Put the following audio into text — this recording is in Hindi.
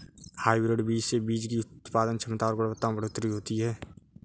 हायब्रिड बीज से बीज की उत्पादन क्षमता और गुणवत्ता में बढ़ोतरी होती है